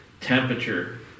temperature